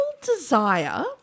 desire